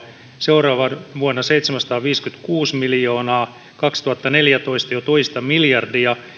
seuraavana vuonna seitsemänsataaviisikymmentäkuusi miljoonaa kaksituhattaneljätoista jo toista miljardia